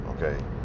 okay